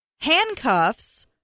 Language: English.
handcuffs